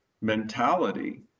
mentality